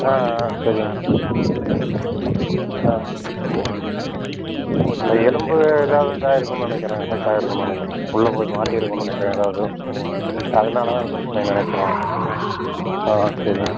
ஆ ஆ சரிங்க ஆ அந்த எலும்பு எதாவது இதா ஆகிருக்குனு நினைக்கிறேன் ஃஅபெக்ட்டா இருக்குனு நினைக்கிறேன் பு உள்ள போய் மாட்டி இருக்குன்னு நினைக்கிறேன் ஏதாவது அதனால தான் பிரச்சினை நினைக்கிறேன் ஆ சரி